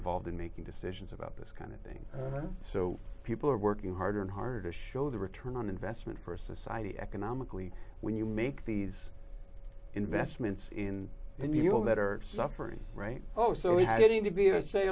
involved in making decisions about this kind of thing so people are working harder and harder to show the return on investment persis idea economically when you make these investments in annual that are suffering right oh so we have a thing to be a